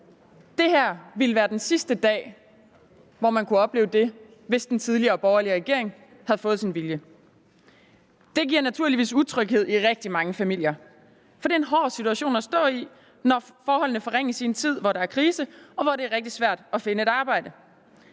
Det her ville være den sidste dag, hvor man kunne opleve det, hvis den tidligere borgerlige regering havde fået sin vilje. Det giver naturligvis utryghed i rigtig mange familier, for det er en hård situation at stå i, når forholdene forringes i en tid, hvor der er krise, og hvor det er rigtig svært at finde arbejde.